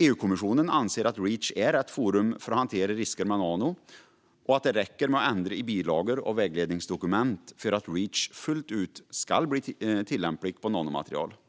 EU-kommissionen anser att Reach är rätt forum för att hantera risker med nano och att det räcker att ändra i bilagor och vägledningsdokument för att Reach ska bli tillämplig på nanomaterial fullt ut.